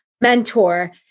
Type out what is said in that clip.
mentor